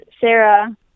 Sarah